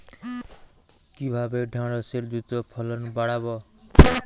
কিভাবে ঢেঁড়সের দ্রুত ফলন বাড়াব?